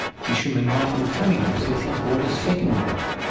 fisherman martin cunningham says he's bought a second drone.